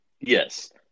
Yes